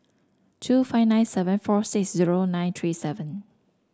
two five nine seven four six zero nine three seven